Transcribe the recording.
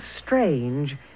strange